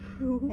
true hmm